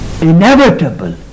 inevitable